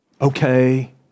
Okay